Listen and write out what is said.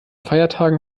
feiertagen